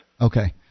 Okay